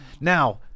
Now